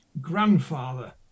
grandfather